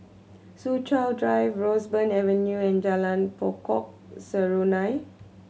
Soo Chow Drive Roseburn Avenue and Jalan Pokok Serunai